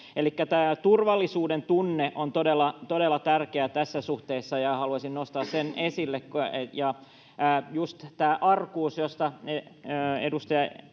Elikkä tämä turvallisuuden tunne on todella tärkeä tässä suhteessa, ja haluaisin nostaa sen esille, ja just tämä arkuus, jonka edustaja